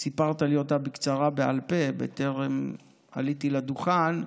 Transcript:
סיפרת לי אותה בקצרה בעל פה בטרם עליתי לדוכן.